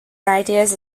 ideas